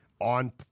on